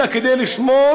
אלא כדי לשמור,